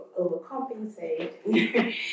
overcompensate